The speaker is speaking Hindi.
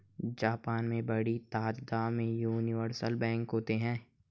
जापान में बड़ी तादाद में यूनिवर्सल बैंक होते हैं